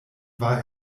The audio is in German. war